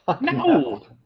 No